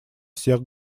всех